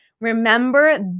Remember